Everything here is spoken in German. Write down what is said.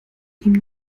ihm